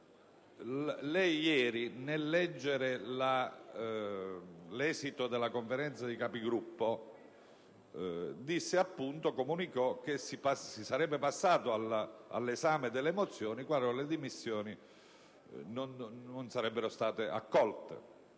Lei ieri, nel leggere l'esito della Conferenza dei Capigruppo, ha comunicato che si sarebbe passati all'esame delle mozioni qualora le dimissioni non fossero state accolte.